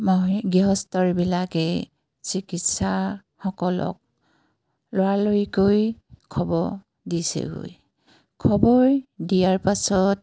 গৃহস্থবিলাকে চিকিৎসাসকলক ল'ৰালৰিকৈ খবৰ দিছেগৈ খবৰ দিয়াৰ পাছত